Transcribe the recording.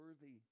worthy